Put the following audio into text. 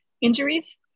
injuries